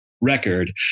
record